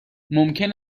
ممکن